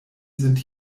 sind